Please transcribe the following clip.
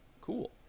cool